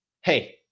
hey